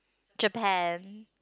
Japan